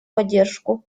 поддержку